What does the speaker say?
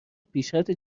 پیشرفت